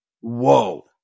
whoa